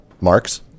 marks